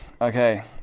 Okay